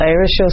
Irish